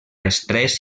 estrès